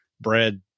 bread